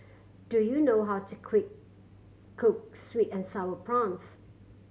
do you know how to quick cook sweet and Sour Prawns